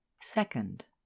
Second